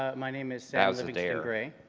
ah my name is sam livingston-gray,